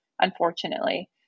unfortunately